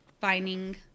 finding